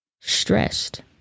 stressed